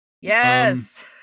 Yes